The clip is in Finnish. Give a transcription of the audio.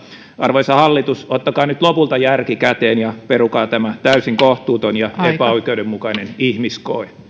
arvoisa hallitus ottakaa nyt lopulta järki käteen ja perukaa tämä täysin kohtuuton ja epäoikeudenmukainen ihmiskoe